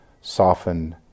soften